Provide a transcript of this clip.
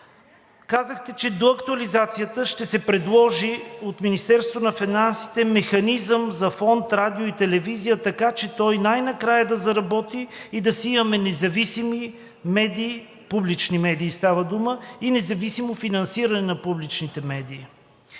казахте, че до актуализацията ще се предложи от Министерството на финансите механизъм за фонд „Радио и телевизия“, така че той най-накрая да заработи и да си имаме независими медии, публични медии става дума, и независимо финансиране на публичните медии.